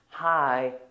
Hi